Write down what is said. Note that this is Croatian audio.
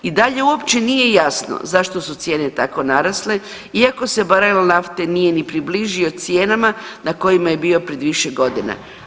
I dalje uopće nije jasno zašto su cijene tako narasle iako se barel nafte nije ni približio cijenama na kojima je bio pred više godina.